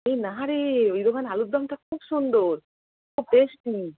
এই না রে ওই দোকানে আলুরদমটা খুব সুন্দর খুব টেস্টি